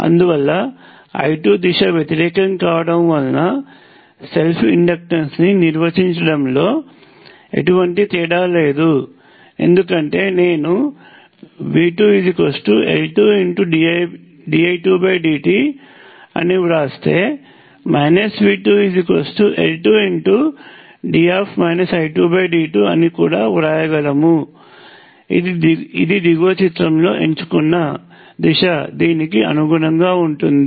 అందువల్ల I2 దిశ వ్యతిరేకం కావటం వలన సెల్ఫ్ ఇండక్టెన్స్ ని నిర్వచించడంలో ఎటువంటి తేడా లేదు ఎందుకంటే నేను V2L2dI2dt అని వ్రాస్తే నేను V2L2 ddtఅని కూడా వ్రాయగలము ఇది దిగువ చిత్రంలో ఎంచుకున్న దిశదీనికి అనుగుణంగా ఉంటుంది